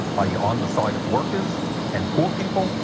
are you on the side of workers and poor people?